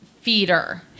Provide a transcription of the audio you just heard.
feeder